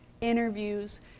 interviews